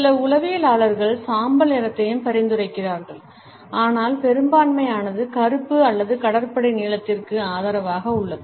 சில உளவியலாளர்கள் சாம்பல் நிறத்தையும் பரிந்துரைத்துள்ளனர் ஆனால் பெரும்பான்மையானது கருப்பு அல்லது கடற்படை நீலத்திற்கு ஆதரவாக உள்ளது